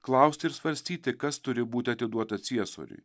klausti ir svarstyti kas turi būti atiduota ciesoriui